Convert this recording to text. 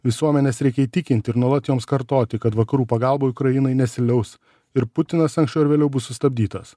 visuomenes reikia įtikinti ir nuolat jums kartoti kad vakarų pagalbai ukrainai nesiliaus ir putinas anksčiau ar vėliau bus sustabdytas